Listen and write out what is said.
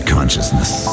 Consciousness